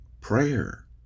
Prayer